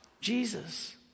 Jesus